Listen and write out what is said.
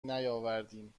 نیاوردیم